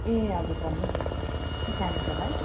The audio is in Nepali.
ए हजुर भन्नुहोस् न के काम थियो होला है